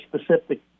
specific